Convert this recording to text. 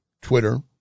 Twitter